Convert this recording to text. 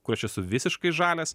kur aš esu visiškai žalias